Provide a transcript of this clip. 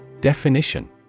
Definition